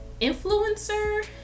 influencer